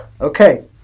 Okay